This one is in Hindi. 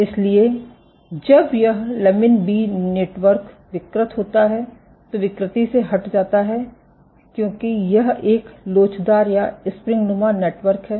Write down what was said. इसलिए जब यह लमिन बी नेटवर्क विकृत होता है तो विकृति से हट जाता है क्योंकि यह एक लोचदार या स्प्रिंगनुमा नेटवर्क है